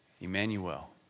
Emmanuel